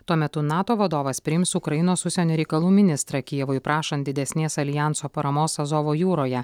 tuo metu nato vadovas priims ukrainos užsienio reikalų ministrą kijevui prašant didesnės aljanso paramos azovo jūroje